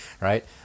right